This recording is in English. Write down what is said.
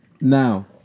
Now